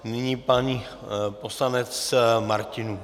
Nyní pan poslanec Martinů.